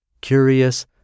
Curious